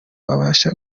wabasha